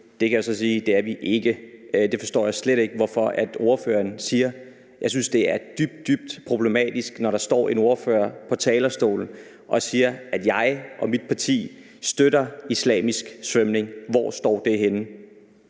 Det kan jeg så sige at vi ikke er, og jeg forstår slet ikke, hvorfor ordføreren siger det. Jeg synes, det er dybt, dybt problematisk, når der står en ordfører på talerstolen og siger, at jeg og mit parti støtter islamisk svømning. Hvor står det henne?